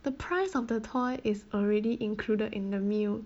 the price of the toy is already included in the meal